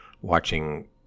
watching